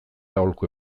aholku